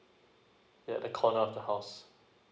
yeah the corner of the house